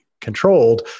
controlled